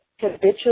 habitually